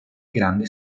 grande